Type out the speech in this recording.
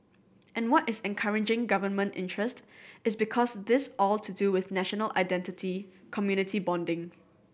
and what is encouraging government interest is because this all to do with national identity community bonding